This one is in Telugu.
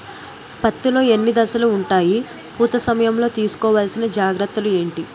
పత్తి లో ఎన్ని దశలు ఉంటాయి? పూత సమయం లో తీసుకోవల్సిన జాగ్రత్తలు ఏంటి?